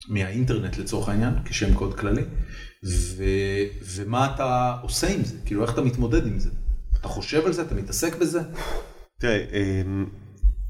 מהאינטרנט לצורך העניין כשם קוד כללי ו...ומה אתה עושה עם זה כאילו איך אתה מתמודד עם זה אתה חושב על זה אתה מתעסק בזה. תראה אמ...